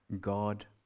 God